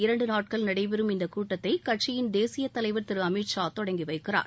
இரண்டு நாட்கள் நடைபெறும் இந்த கூட்டத்தை கட்சியின் தேசிய தலைவர் திரு அமித் ஷா தொடங்கி வைக்கிறார்